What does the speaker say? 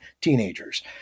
teenagers